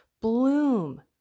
bloom